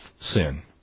sin